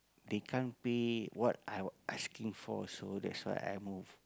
they can't pay what I asking for also that's why I move